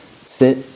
sit